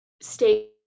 stay